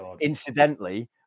incidentally